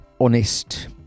honest